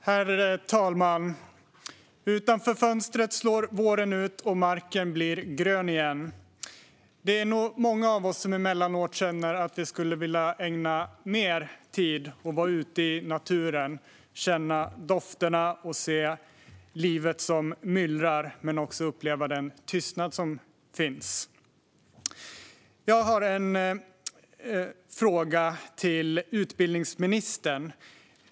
Herr talman! Utanför fönstret slår våren ut, och marken blir grön igen. Det är nog många av oss som emellanåt känner att vi skulle vilja ägna mer tid åt att vara ute i naturen, känna dofterna och se livet som myllrar men också uppleva den tystnad som finns. Jag har en fråga till utbildningsministern.